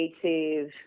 creative